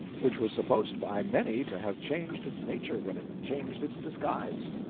which was supposed by many to have changed its nature when it changed its disguise.